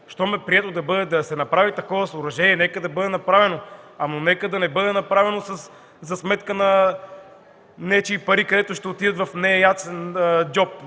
Щом е прието да се направи такова съоръжение, нека да бъде направено, но нека да не бъде направено за сметка на нечии пари, които ще отидат в неясно чий джоб.